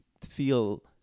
feel